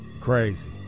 Crazy